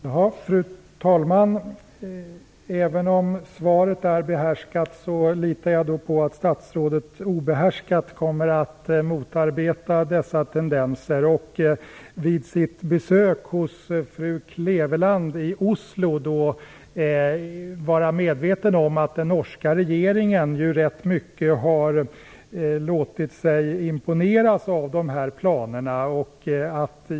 Fru talman! Även om svaret är behärskat litar jag på att statsrådet obehärskat kommer att motarbeta dessa tendenser och vid sitt besök hos fru Kleveland i Oslo vara medveten om att den norska regeringen har låtit sig rätt mycket imponeras av dessa planer.